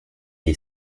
est